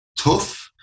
tough